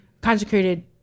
consecrated